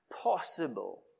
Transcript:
possible